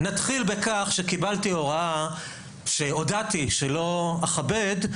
נתחיל בכך שקיבלתי הוראה שהודעתי שלא אכבד,